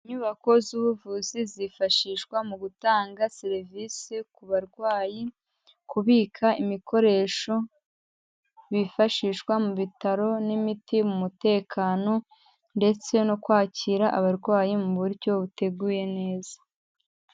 Inyubako z'ubuvuzi zifashishwa mu gutanga serivise ku barwayi, kubika ibikoresho bifashishwa mu bitaro n'imiti mu mutekano ndetse no kwakira abarwayi mu buryo buteguye neza.